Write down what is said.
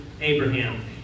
Abraham